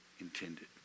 intended